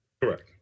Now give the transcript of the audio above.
Correct